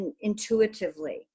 intuitively